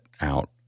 out